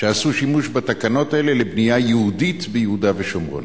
שעשו שימוש בתקנות האלה לבנייה יהודית ביהודה ושומרון?